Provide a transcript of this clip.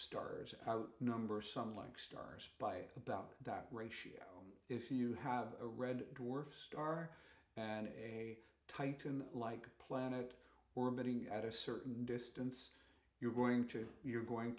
stars out number some like stars by about that ratio if you have a red dwarf star and a titan like planet orbiting at a certain distance you're going to you're going